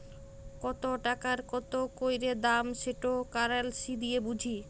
call টাকার কত ক্যইরে দাম সেট কারেলসি দিঁয়ে বুঝি